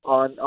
on